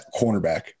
cornerback